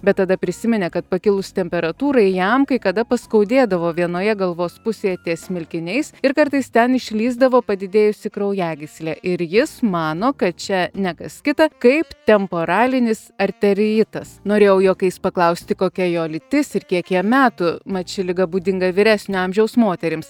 bet tada prisiminė kad pakilus temperatūrai jam kai kada paskaudėdavo vienoje galvos pusėje ties smilkiniais ir kartais ten išlįsdavo padidėjusi kraujagyslė ir jis mano kad čia ne kas kita kaip temporalinis arteriitas norėjau juokais paklausti kokia jo lytis ir kiek jam metų mat ši liga būdinga vyresnio amžiaus moterims